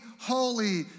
holy